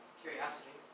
curiosity